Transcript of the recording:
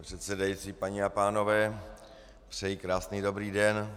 Pane předsedající, paní a pánové, přeji krásný dobrý den.